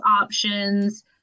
options